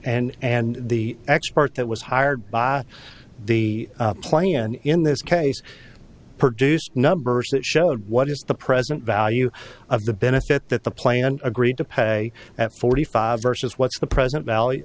and and the expert that was hired by the plan in this case produced numbers that showed what is the present value of the benefit that the plan agreed to pay at forty five versus what's the present val